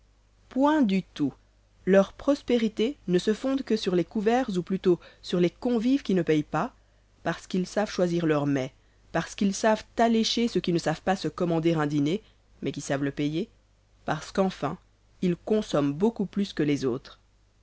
point du tout leur prospérité ne se fonde que sur les couverts ou plutôt sur les convives qui ne payent pas parce qu'ils savent choisir leurs mets parce qu'ils savent allécher ceux qui ne savent pas se commander un dîner mais qui savent le payer parce qu'enfin ils consomment beaucoup plus que les autres